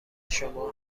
شما